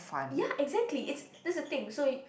ya exactly it's this is the thing so you